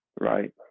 right